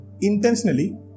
intentionally